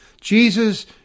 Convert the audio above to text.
Jesus